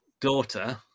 daughter